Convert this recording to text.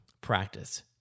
practice